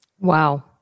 Wow